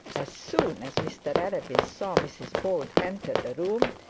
as soon as mr arabin saw mrs bold enter the room,